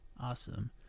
Awesome